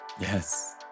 Yes